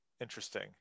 Interesting